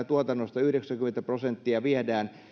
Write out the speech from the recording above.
tuotannosta yhdeksänkymmentä prosenttia viedään